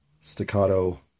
staccato